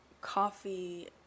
coffee